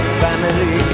family